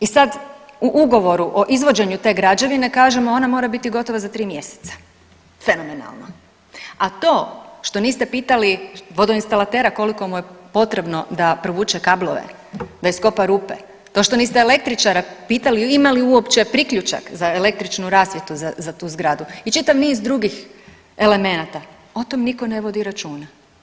I sad u ugovoru o izvođenju te građevine kažemo ona mora biti gotova za 3 mjeseca, fenomenalno, a to što niste pitali vodoinstalatera koliko mu je potrebno da provuče kablove, da iskopa rupe, to što niste električara pitali ima li uopće priključak za električnu rasvjetu za tu zgradu i čitav niz drugih elemenata o tom nitko ne vodi računa.